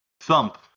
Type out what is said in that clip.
thump